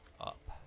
up